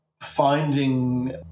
finding